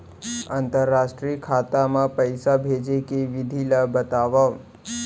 अंतरराष्ट्रीय खाता मा पइसा भेजे के विधि ला बतावव?